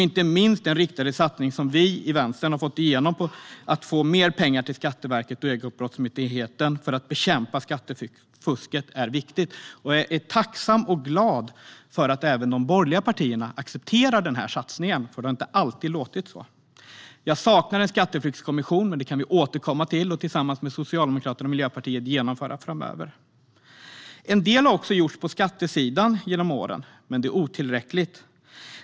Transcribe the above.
Inte minst är den riktade satsning som vi i Vänstern har fått igenom när det gäller att Skatteverket och Ekobrottsmyndigheten ska få mer pengar för att bekämpa skattefusket viktig. Jag är tacksam och glad över att även de borgerliga partierna accepterar den satsningen. Det har nämligen inte alltid varit på det sättet. Jag saknar en skatteflyktskommission. Men det kan vi återkomma till och genomföra framöver, tillsammans med Socialdemokraterna och Miljöpartiet. En del har också gjorts på skattesidan genom åren. Men det är otillräckligt.